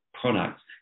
products